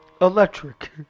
Electric